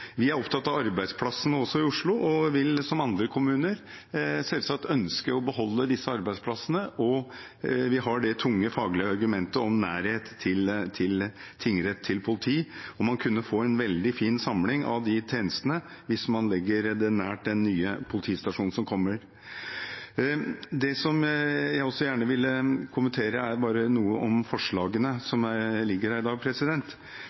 Vi er også opptatt av arbeidsplassene i Oslo og vil som andre kommuner selvsagt ønske å beholde disse arbeidsplassene, og vi har det tunge faglige argumentet om nærhet til tingrett og politi. Man kunne få en veldig fin samling av de tjenestene hvis man legger dem nær den nye politistasjonen som kommer. Det jeg også gjerne vil kommentere, er bare noe om forslagene som ligger her i dag.